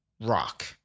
rock